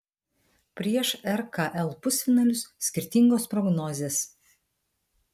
prieš rkl pusfinalius skirtingos prognozės